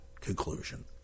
conclusion